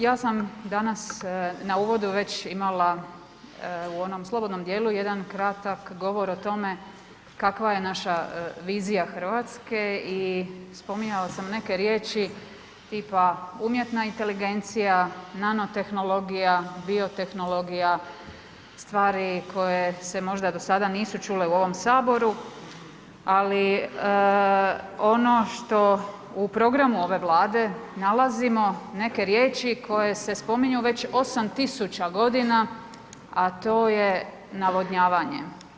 Ja sam danas na uvodu već imala u onom slobodnom dijelu jedan kratak govor o tome kakva je naša vizija Hrvatske i spominjala sam neke riječi tipa umjetna inteligencija, nanotehnologija, biotehnologija, stvari koje se možda do sada nisu čule u ovom Saboru, ali ono što u programu ove Vlade nalazimo neke riječi koje se nalaze već 8 tisuća godina, a to je navodnjavanje.